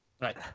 Right